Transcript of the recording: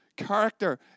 character